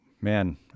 man